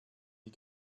die